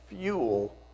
fuel